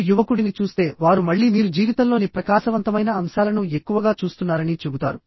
మీరు యువకుడిని చూస్తే వారు మళ్ళీ మీరు జీవితంలోని ప్రకాశవంతమైన అంశాలను ఎక్కువగా చూస్తున్నారని చెబుతారు